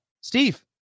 Steve